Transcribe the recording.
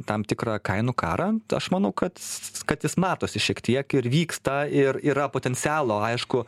tam tikrą kainų karą aš manau kad kad jis matosi šiek tiek ir vyksta ir yra potencialo aišku